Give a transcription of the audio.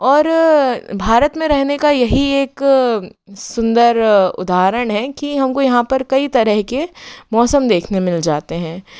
और भारत में रहने का यही एक सुन्दर उदाहरण है कि हम को यहाँ पर कई तरह के मौसम देखने मिल जाते हैं